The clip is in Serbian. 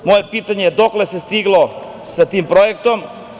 Moje pitanje je – dokle se stiglo sa tim projektom?